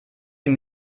dem